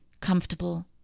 comfortable